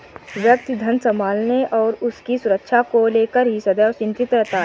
व्यक्ति धन संभालने और उसकी सुरक्षा को लेकर ही सदैव चिंतित रहता है